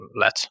let